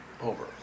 over